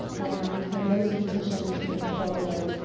and when those petitions moved forward,